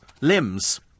limbs